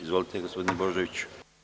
Izvolite, gospodine Božoviću.